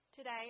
Today